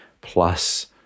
plus